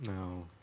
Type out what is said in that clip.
No